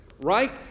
right